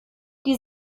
die